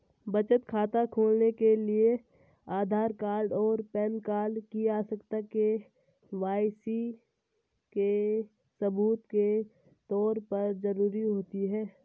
बचत खाता खोलने के लिए आधार कार्ड और पैन कार्ड की आवश्यकता के.वाई.सी के सबूत के तौर पर ज़रूरी होती है